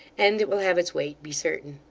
and it will have its weight, be certain.